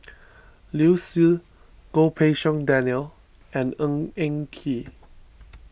Liu Si Goh Pei Siong Daniel and Eng Ng Kee